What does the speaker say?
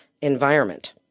environment